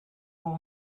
voor